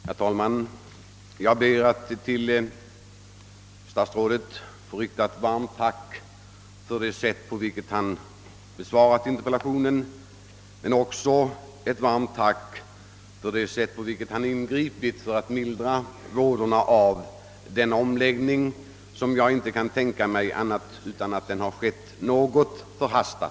Herr talman! Jag ber att till statsrådet och chefen för kommunikationsdepartementet få rikta ett varmt tack för det sätt, på vilket han besvarat interpellationen men också för det sätt på vilket han ingripit för att mildra vådorna av den förestående kanalomläggningen, vilken jag måste beteckna som något förhastad.